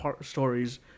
stories